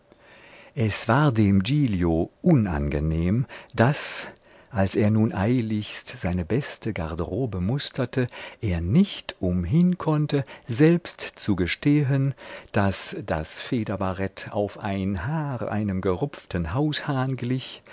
es war dem giglio unangenehm daß als er nun eiligst seine beste garderobe musterte er nicht umhinkonnte selbst zu gestehen daß das federbarett auf ein haar einem gerupften haushahn glich